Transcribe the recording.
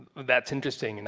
that's interesting, and